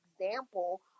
example